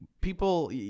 people